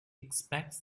expects